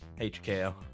HKO